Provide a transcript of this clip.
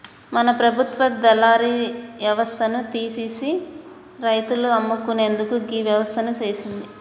మన ప్రభుత్వ దళారి యవస్థను తీసిసి రైతులు అమ్ముకునేందుకు గీ వ్యవస్థను సేసింది